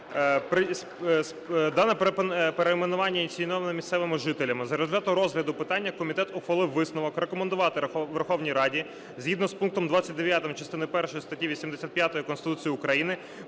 Дане перейменування ініційоване місцевими жителями. За результатами розгляду питання комітет ухвалив висновок рекомендувати Верховній Раді згідно з пунктом 29 частини першої статті 85 Конституції України